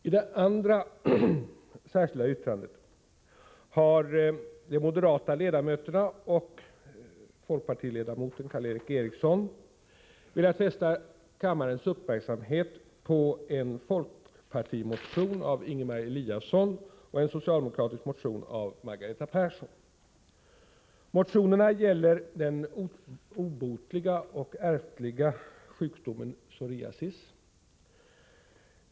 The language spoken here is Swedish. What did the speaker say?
I det särskilda yttrandet nr 2 har de moderata utskottsledamöterna och folkpartiledamoten Karl Erik Eriksson velat fästa kammarens uppmärksamhet på en folkpartimotion av Ingemar Eliasson och en socialdemokratisk motion av Margareta Persson. Motionerna gäller den obotliga och ärftliga sjukdomen psoriasis.